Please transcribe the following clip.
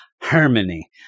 harmony